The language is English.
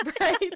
right